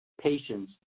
patients